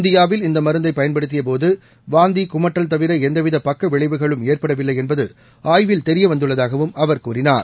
இந்தியாவில் இந்த மருந்தை பயன்படுத்திய போது வாந்தி குமட்டல் தவிர எந்தவித பக்கவிளைவுகளும் ஏற்படவில்லை என்பது ஆய்வில் தெரியவந்துள்ளதாகவும் அவர் கூறினார்